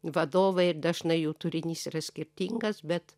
vadovai ir dažnai jų turinys yra skirtingas bet